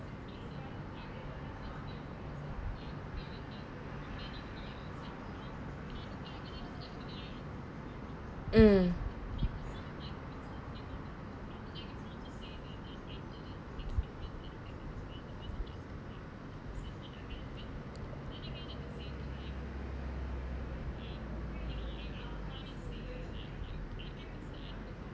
mm